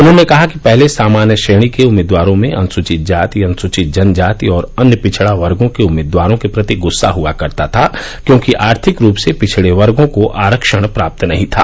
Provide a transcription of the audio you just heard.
उन्होंने कहा कि पहले सामान्य श्रेणी के उम्मीदवारों में अनुसूचित जाति अनुसूचित जनजाति और अन्य पिछड़ा वर्गो के उम्मीदवारों के प्रति गृस्सा हुआ करता था क्योंकि आर्थिक रूप से पिछड़े वर्गों को आरक्षण प्राप्त नहीं था